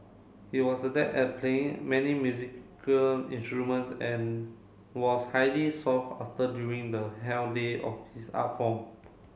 he was adept at playing many musical instruments and was highly sought after during the heyday of his art form